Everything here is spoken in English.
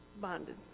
bonded